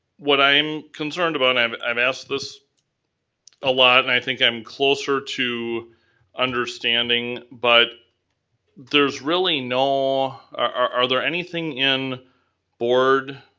what i am concerned about, i've asked this a lot and i think i'm closer to understanding, but there's really no, are there anything in board,